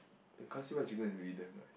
the classified chicken is really nice